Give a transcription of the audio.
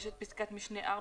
פסקת משנה (4),